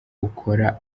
ukora